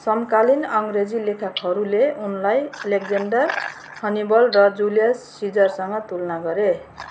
समकालीन अङ्ग्रेजी लेखकहरूले उनलाई एलेक्जेन्डर अनि बल र जुलियस सीजरसँग तुलना गरे